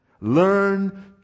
learn